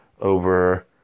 over